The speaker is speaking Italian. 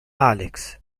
alex